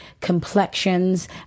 Complexions